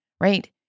right